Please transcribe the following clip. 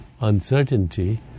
uncertainty